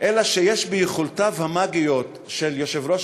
אלא שיש ביכולותיו המאגיות של יושב-ראש